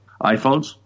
iPhones